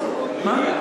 הוא מניח.